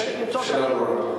אפשר למצוא דרכים, השאלה ברורה.